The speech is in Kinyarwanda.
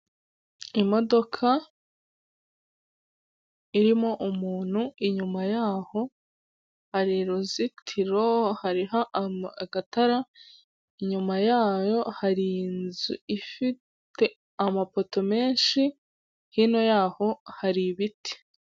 Icyapa cyamamaza ikigo gitanga ubwishingizi mu Rwanda kigaragaza ko tugeze mu gihe cy'imvura nyinshi irimo imyuzure, ibiza, kwangiza inyubako ndetse n'ibindi bikorwa.